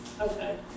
Okay